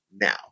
now